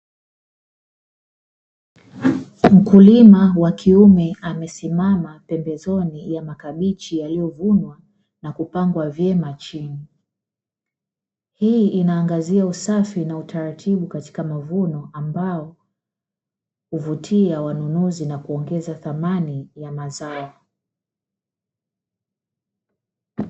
Mkulima wa kiume amesimama pembezoni ya makabichi, yaliyovunwa na kupangwa vyema chini. Hii inaangazia usafi na utaratibu katika mavuno, ambao huvutia wanunuzi na kuongeza thamani ya mazao.